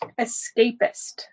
escapist